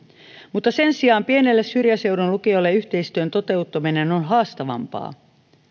mutta sen sijaan pienelle syrjäseudun lukiolle yhteistyön toteuttaminen on haastavampaa